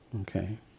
Okay